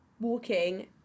walking